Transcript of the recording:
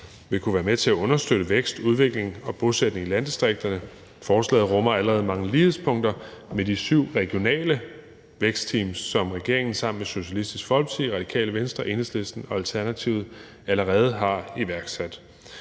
vil kunne være med til understøtte vækst, udvikling og bosætning i landdistrikterne. Forslaget rummer allerede mange lighedspunkter med de syv regionale vækstteams, som regeringen sammen med Socialistisk Folkeparti, Radikale Venstre, Enhedslisten og Alternativet allerede har iværksat.